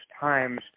Times